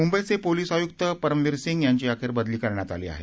मुंबईचे पोलिस आयुक्त परमविर सिंग यांची अखेर बदली करण्यात आली आहे